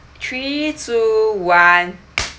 three two one